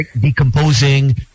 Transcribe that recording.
decomposing